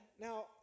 now